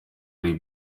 ari